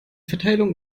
verteilung